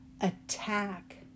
attack